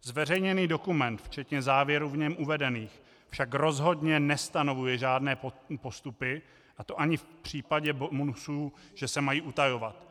Zveřejněný dokument včetně závěrů v něm uvedených však rozhodně nestanovuje žádné postupy, a to ani v případě bonusů, že se mají utajovat.